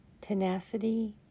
tenacity